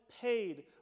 paid